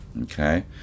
Okay